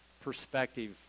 perspective